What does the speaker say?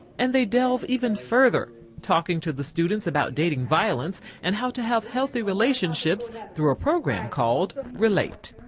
and they delve even further talking to the students about dating violence and how to have healthy relationships through a program called relate.